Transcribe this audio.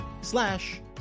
slash